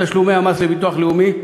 תשלומי המס של המעסיקים לביטוח לאומי.